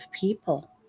people